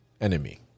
enemy